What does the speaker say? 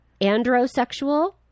Androsexual